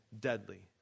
deadly